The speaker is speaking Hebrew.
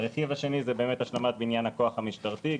הרכיב השני הוא באמת השלמת בניין הכוח המשטרתי,